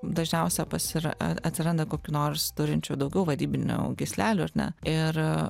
dažniausia pasira atsiranda kokių nors turinčių daugiau vadybinių gyslelių ar ne ir